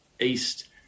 east